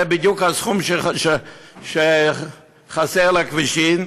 זה בדיוק הסכום שחסר לכבישים,